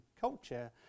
culture